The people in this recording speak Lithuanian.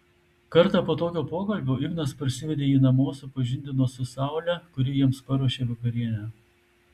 kartą po tokio pokalbio ignas parsivedė jį namo supažindino su saule kuri jiems paruošė vakarienę